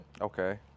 Okay